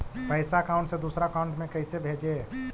पैसा अकाउंट से दूसरा अकाउंट में कैसे भेजे?